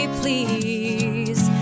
please